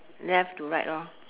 left to right lor